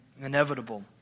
inevitable